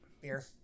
beer